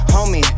Homie